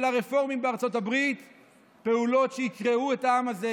הרפורמים בארצות הברית הן פעולות שיקרעו את העם הזה,